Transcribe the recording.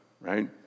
right